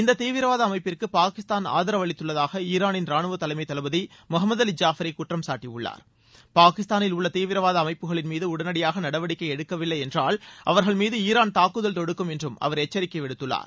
இந்த தீவிரவாத அமைப்பிற்கு பாகிஸ்தான் ஆதரவு அளித்துள்ளதாக ஈரானின் ரானுவ தலைமை தளபதி மொகமத் அலி ஜாஃபரி குற்றம் சாட்டியுள்ளனார் பாகிஸ்தானில் உள்ள தீவிரவாத அமைப்புகளின் மீது உடனடியாக நடவடிக்கை எடுக்கவில்லை என்றால் அவர்கள்மீது ஈரான் தாக்குதல் தொடுக்கும் என்று அவர் எச்சரிக்கை விடுத்துள்ளார்